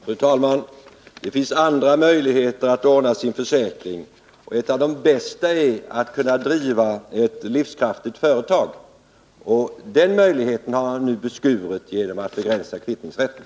Fru talman! Det finns andra möjligheter att ordna sin försäkring. Ett av de bästa är att kunna driva ett livskraftigt företag. Den möjligheten har man nu beskurit genom att begränsa kvittningsrätten.